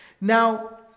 Now